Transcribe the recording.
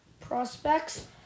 prospects